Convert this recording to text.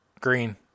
Green